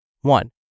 One